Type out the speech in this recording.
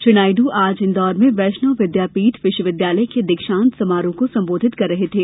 श्री नायडू आज इंदौर में वैष्णव विद्यापीठ विश्वविद्यालय के दीक्षांत समारोह को संबोधित कर रहे थे